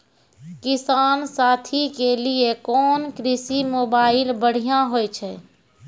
किसान साथी के लिए कोन कृषि मोबाइल बढ़िया होय छै?